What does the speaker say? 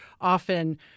often